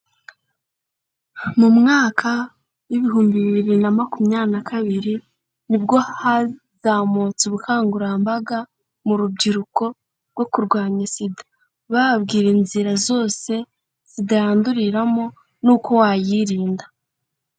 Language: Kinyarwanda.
Mu mwaka w'ibihumbi bibiri na makumyabiri na kabiri ni bwo hazamutse ubukangurambaga mu rubyiruko rwo kurwanya SIDA, bababwira inzira zose SIDA yanduriramo n'uko wayirinda.